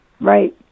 right